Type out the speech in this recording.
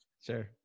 Sure